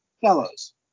fellows